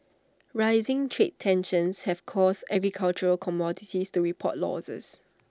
rising trade tensions have caused agricultural commodities to report losses